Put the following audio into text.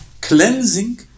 cleansing